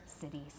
cities